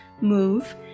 move